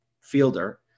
fielder